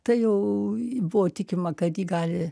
tai jau buvo tikima kad ji gali